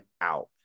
out